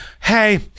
hey